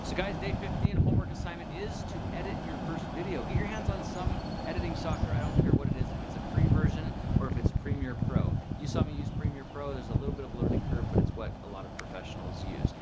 so guys day fifteen and homework assignment is to edit your first video. get your hands on some editing software. i don't care what it is if it's a free version or if it's premiere pro. you saw me use premiere pro, there's a little bit of learning curve but it's what a lot of professionals use.